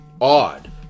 Odd